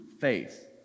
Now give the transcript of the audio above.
faith